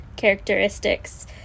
characteristics